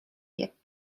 jak